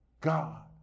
God